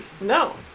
No